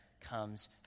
comes